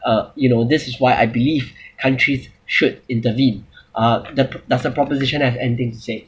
uh you know this is why I believe countries should intervene uh the does the proposition have anything to say